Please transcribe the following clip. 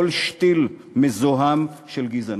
כל שתיל מזוהם של גזענות.